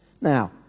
Now